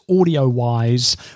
audio-wise